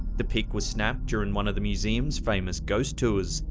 the pic was snapped during one of the museum's famous ghost tours,